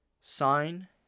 sign